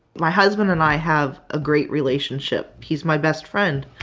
my husband and i have a great relationship. he's my best friend.